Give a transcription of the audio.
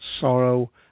sorrow